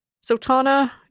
Sultana